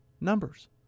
numbers